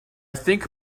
think